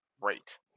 Great